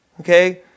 Okay